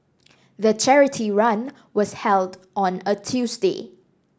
the charity run was held on a Tuesday